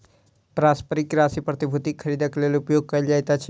पारस्परिक राशि प्रतिभूतिक खरीदक लेल उपयोग कयल जाइत अछि